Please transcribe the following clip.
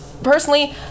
Personally